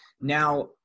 Now